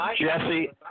jesse